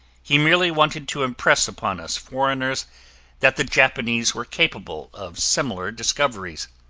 he merely wanted to impress upon us foreigners that the japanese were capable of similar discoveries.